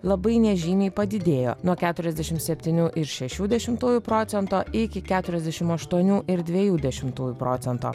labai nežymiai padidėjo nuo keturiasdešim septynių ir šešių dešimtųjų procento iki keturiasdešim aštuonių ir dviejų dešimtųjų procento